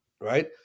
right